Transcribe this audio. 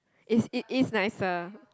is it is nice lah